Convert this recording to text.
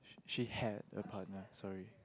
she had a partner sorry